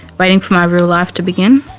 waiting for my real life to begin.